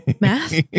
Math